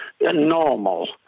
normal